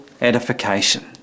edification